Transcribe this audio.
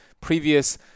previous